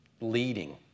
leading